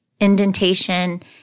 indentation